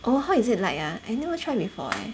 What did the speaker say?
oh how is it like ah I never try before leh